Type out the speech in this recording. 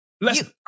Listen